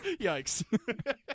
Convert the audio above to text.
Yikes